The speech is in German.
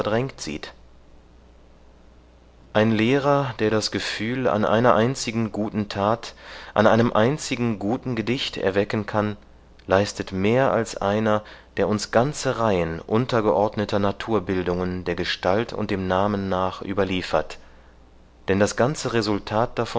ein lehrer der das gefühl an einer einzigen guten tat an einem einzigen guten gedicht erwecken kann leistet mehr als einer der uns ganze reihen untergeordneter naturbildungen der gestalt und dem namen nach überliefert denn das ganze resultat